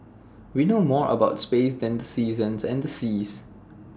we know more about space than the seasons and the seas